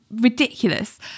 ridiculous